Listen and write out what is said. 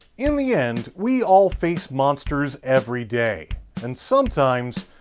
in the end, we all face monsters every day and sometimes,